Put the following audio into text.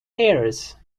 airs